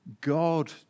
God